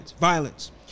violence